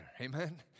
Amen